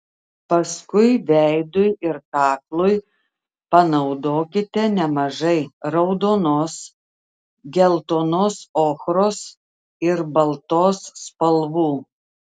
paskui veidui ir kaklui panaudokite nemažai raudonos geltonos ochros ir baltos spalvų